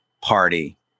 party